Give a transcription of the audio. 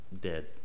dead